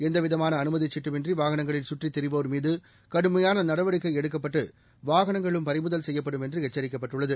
எந்தவிதமான அனுமதி சீட்டும் இன்றி வாகனங்களில் சுற்றித் திரிவோர்மீது கடுமையான நடவடிக்கை எடுக்கப்பட்டு வாகனங்களும் பறிமுதல் செய்யப்படும் என்று எச்சரிக்கப்பட்டுள்ளது